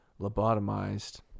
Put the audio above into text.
lobotomized